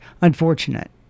unfortunate